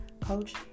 coach